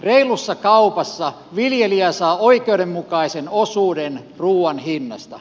reilussa kaupassa viljelijä saa oikeudenmukaisen osuuden ruuan hinnasta